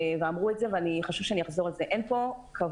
ואמרו את זה וחשוב שאני אגיד את זה: אין פה כוונה